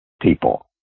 people